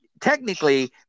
technically